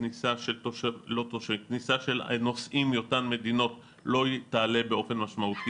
כניסה של נוסעים מאותן מדינות לא תעלה באופן משמעותי